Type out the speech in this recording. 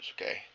okay